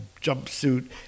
jumpsuit